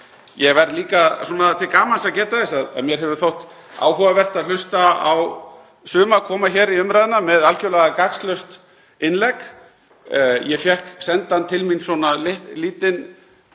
Ég verð líka svona til gamans geta þess að mér hefur þótt áhugavert að hlusta á suma koma hér í umræðuna með algjörlega gagnslaust innlegg. Ég fékk sendan til mín svona lítinn